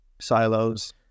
silos